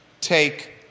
take